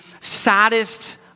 saddest